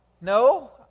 No